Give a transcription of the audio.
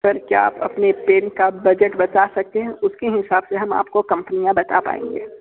sir क्या आप अपने पेन का बजट बता सकते हैं उस के हिसाब से हम आपको कंपनियां बता पाएंगे